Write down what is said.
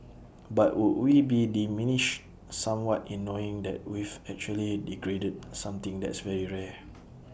but would we be diminished somewhat in knowing that we've actually degraded something that's very rare